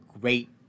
great